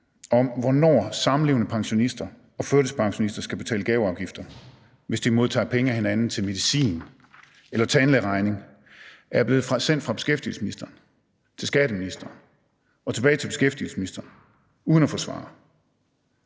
om, hvornår samlevende pensionister og førtidspensionister skal betale gaveafgifter, hvis de modtager penge af hinanden til medicin eller tandlægeregning, er jeg blevet sendt fra beskæftigelsesministeren til skatteministeren og tilbage til beskæftigelsesministeren uden at få svar.